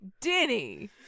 Denny